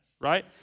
right